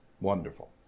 Wonderful